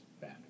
bad